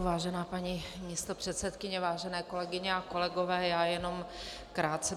Vážená paní místopředsedkyně, vážené kolegyně a kolegové, jenom krátce.